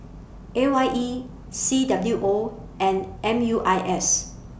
A Y E C W O and M U I S